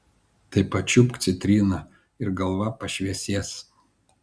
tai pačiulpk citriną ir galva pašviesės